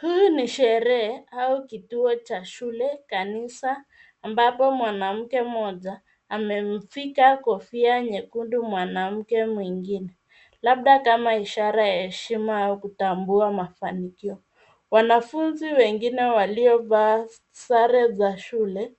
Huu ni sherehe au kituo cha shule kanisa ambapo mwanamke mmoja amemvika kofia nyekundu mwanamke mwingine labda kama ishara ya heshima au kutambua mafanikio. Wanafunzi wengine waliovaa sare za shule